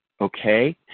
okay